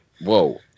Whoa